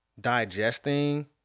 digesting